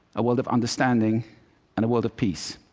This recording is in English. a world of understanding and a world of peace.